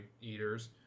eaters